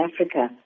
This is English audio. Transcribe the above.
Africa